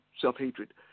self-hatred